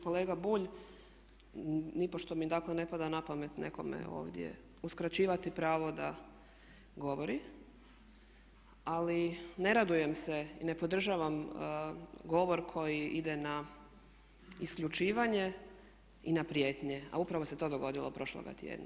Kolega Bulj nipošto mi dakle ne pada na pamet nekome ovdje uskraćivati pravo da govori ali ne radujem se i ne podržavam govor koji ide na isključivanje i na prijetnje, a upravo se to dogodilo prošloga tjedna.